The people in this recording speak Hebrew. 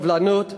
סובלנות,